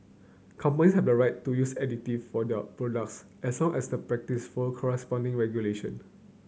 companies have the right to use additive for products as long as the practice follow corresponding regulation